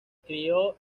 crio